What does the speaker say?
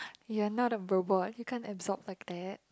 you're not a robot you can't absorb like that